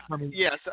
yes